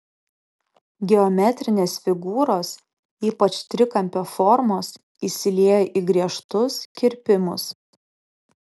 geometrinės figūros ypač trikampio formos įsilieja į griežtus kirpimus